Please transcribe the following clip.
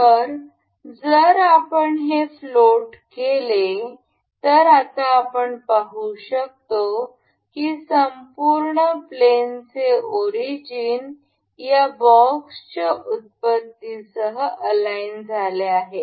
तर जर आपण हे फ्लोट केले तर आता आपण पाहु शकतो की संपूर्ण प्लॅनचे ओरिजिन या बॉक्सच्या उत्पत्तीसह अलाइन झाले आहे